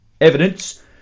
evidence